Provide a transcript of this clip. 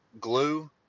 Glue